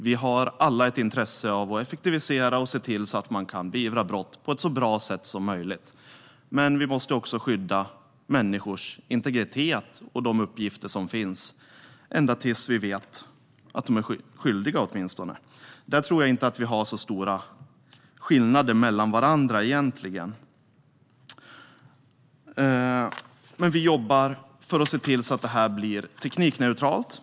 Vi har alla ett intresse av att effektivisera och se till att man kan beivra brott på ett så bra sätt som möjligt, men vi måste också skydda människors integritet och de uppgifter som finns, åtminstone tills vi vet om de är skyldiga. Jag tror inte att vi egentligen har så stora skillnader mellan partierna när det gäller synen på detta. Vi jobbar för att se till att det här blir teknikneutralt.